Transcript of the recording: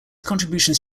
contributions